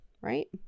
right